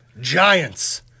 Giants